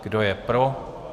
Kdo je pro?